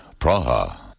Praha